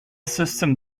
system